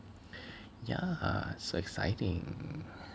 ya so exciting